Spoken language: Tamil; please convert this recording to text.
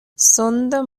சொந்த